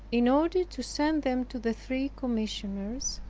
in order to send them to the three commissioners.